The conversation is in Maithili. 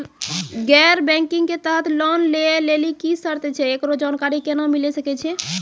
गैर बैंकिंग के तहत लोन लए लेली की सर्त छै, एकरो जानकारी केना मिले सकय छै?